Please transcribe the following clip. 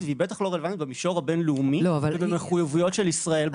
והיא בטח לא רלוונטית במישור הבין-לאומי ובמחויבויות של ישראל.